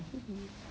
mmhmm